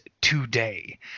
today